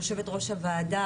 יושבת ראש הועדה,